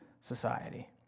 society